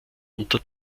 unter